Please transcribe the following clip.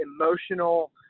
emotional